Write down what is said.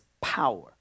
power